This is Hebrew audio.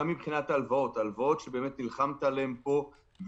גם מבחינת ההלוואות הלוואות שנלחמת עליהן פה,